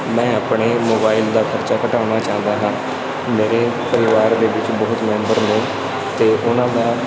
ਮੈਂ ਆਪਣੇ ਮੋਬਾਈਲ ਦਾ ਖਰਚਾ ਘਟਾਉਣਾ ਚਾਹੁੰਦਾ ਹਾਂ ਮੇਰੇ ਪਰਿਵਾਰ ਦੇ ਵਿੱਚ ਬਹੁਤ ਮੈਂਬਰ ਨੇ ਅਤੇ ਉਹਨਾਂ ਦਾ